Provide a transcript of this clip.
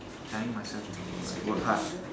telling myself to like work hard